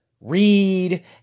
read